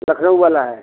लखनऊ वाला है